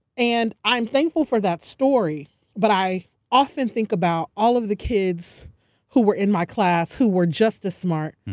and i'm thankful for that story but i often think about all of the kids who were in my class who were just as smart,